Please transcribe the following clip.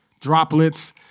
Droplets